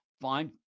Fine